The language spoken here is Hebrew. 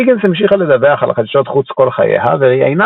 היגינס המשיכה לדווח על חדשות חוץ כל חייה וראיינה